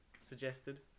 suggested